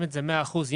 לרשום מאה אחוזים?